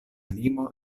limo